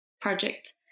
project